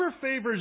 favors